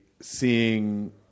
seeing